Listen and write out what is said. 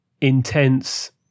intense